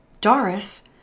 Doris